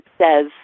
says